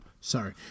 Sorry